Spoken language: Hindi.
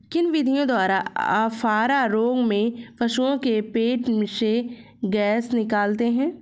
किन विधियों द्वारा अफारा रोग में पशुओं के पेट से गैस निकालते हैं?